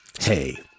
Hey